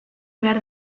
behar